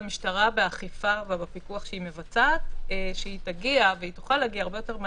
והמשטרה יושבת במשל"ט שלנו איתנו וגם הם יוכלו לתת דיווחים